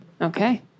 Okay